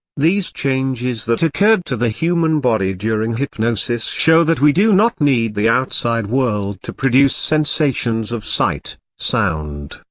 these changes that occurred to the human body during hypnosis show that we do not need the outside world to produce sensations of sight, sound,